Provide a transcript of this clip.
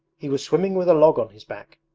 he was swimming with a log on his back.